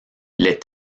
les